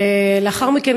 ולאחר מכן,